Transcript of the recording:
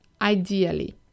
ideally